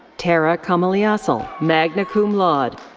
tara kamaliasl, um magna cum laude.